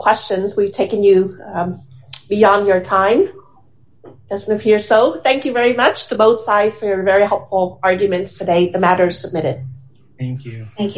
questions we've taken you beyond your time as the here so thank you very much to both sides there are very helpful arguments today the matter submitted and